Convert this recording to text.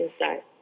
inside